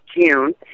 June